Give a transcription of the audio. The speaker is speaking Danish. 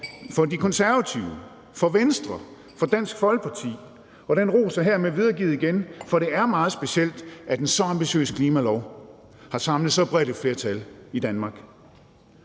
for De Konservative, for Venstre, for Dansk Folkeparti, og den ros er hermed videregivet. For det er meget specielt, at en så ambitiøs klimalov har samlet så bredt et flertal i Danmark,